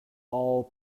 all